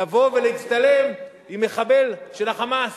לבוא ולהצטלם עם מחבל של ה"חמאס",